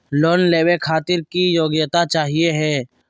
Loan लेवे खातीर की योग्यता चाहियो हे?